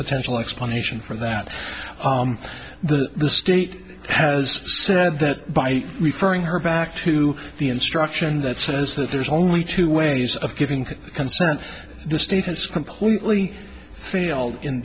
potential explanation for that the state has said that by referring her back to the instruction that says that there's only two ways of giving concern the state has completely failed in